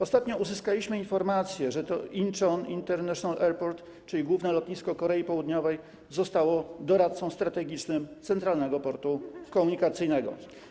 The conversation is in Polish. Ostatnio uzyskaliśmy informacje, że to Incheon International Airport, czyli główne lotnisko Korei Południowej zostało doradcą strategicznym Centralnego Portu Komunikacyjnego.